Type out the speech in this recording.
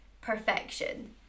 perfection